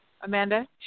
Amanda